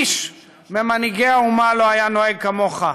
איש ממנהיגי האומה לא היה נוהג כמוך.